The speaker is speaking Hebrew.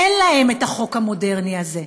אין להם את החוק המודרני הזה,